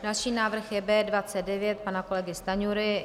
Další návrh je B29 pana kolegy Stanjury.